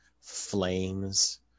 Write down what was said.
flames